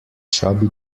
chubby